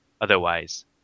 otherwise